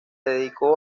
dedicó